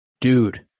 dude